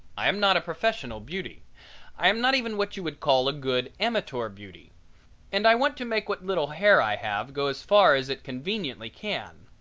i am not a professional beauty i am not even what you would call a good amateur beauty and i want to make what little hair i have go as far as it conveniently can.